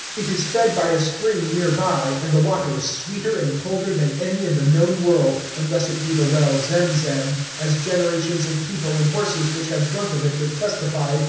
it is fed by a spring near by, and the water is sweeter and colder than any in the known world, unless it be the well zem-zem, as generations of people and horses which have drunk of it would testify,